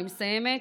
אני מסיימת,